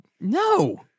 No